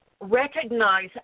recognize